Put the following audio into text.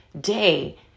day